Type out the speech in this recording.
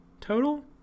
total